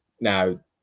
Now